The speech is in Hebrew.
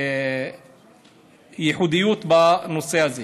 ייחודיות בנושא הזה.